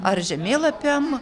ar žemėlapiam